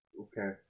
Okay